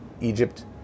Egypt